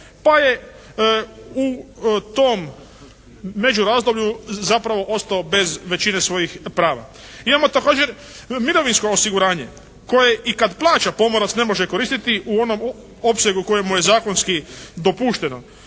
pa je u tom međurazdoblju zapravo ostao bez većine svojih prava. Imamo također mirovinsko osiguranje koje i kad plaća pomorac ne može koristiti u onome opsegu koji mi je zakonski dopušteno.